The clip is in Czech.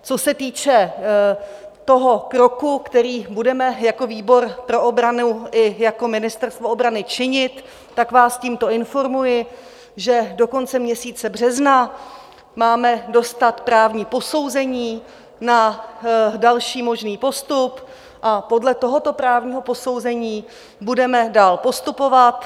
Co se týče toho kroku, který budeme jako výbor pro obranu i jako Ministerstvo obrany činit, tak vás tímto informuji, že do konce měsíce března máme dostat právní posouzení na další možný postup a podle tohoto právního posouzení budeme dál postupovat.